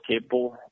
capable